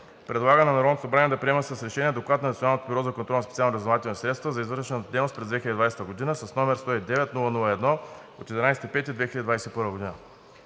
предлага на Народното събрание да приеме с решение Доклад на Националното бюро за контрол на специалните разузнавателни средства за извършената дейност през 2020 г., № 109-00-1 от 11 май 2021 г.“